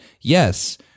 Yes